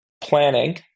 planning